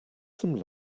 some